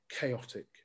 chaotic